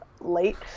late